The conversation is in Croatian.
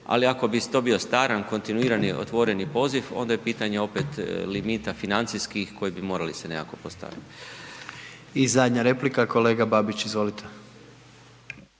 ali ako bi to bio stalan, kontinuirani, otvoreni poziv, onda je pitanje opet limita financijskih koji bi morali se nekako postavit. **Jandroković, Gordan (HDZ)** I zadnja replika kolega Babić, izvolite.